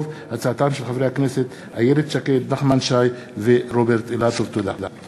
חברי הכנסת זבולון כלפה, רוברט אילטוב ויעקב